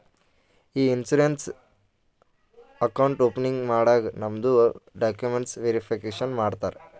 E insurance account opening ಮಾಡಾಗ್ ನಮ್ದು documents verification ಮಾಡ್ತಾರ